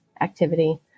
activity